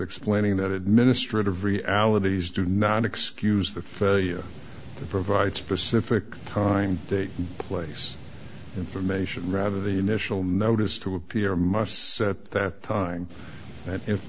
explaining that administrative realities do not excuse the failure to provide specific time date place information rather the initial notice to appear must at that time